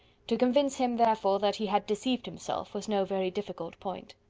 to convince him, therefore, that he had deceived himself, was no very difficult point.